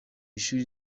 ishuri